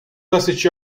assistir